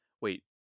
Wait